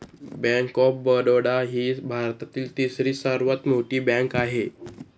bank of Baroda ही भारतातील तिसरी सर्वात मोठी बँक आहे